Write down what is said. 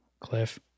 Cliff